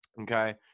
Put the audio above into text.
Okay